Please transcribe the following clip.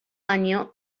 año